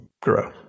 Grow